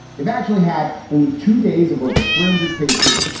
they've actually had only two days of over three hundred cases.